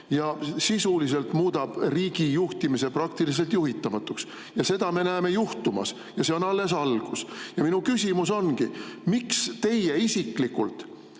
ja muudab riigi juhtimise praktiliselt juhitamatuks. Seda me näeme juhtumas ja see on alles algus. Minu küsimus on: miks teie isiklikult